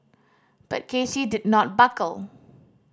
but K C did not buckle